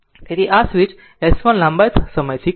તેથી આ છે આ સ્વિચ S1 લાંબા સમયથી ક્લોઝ હતો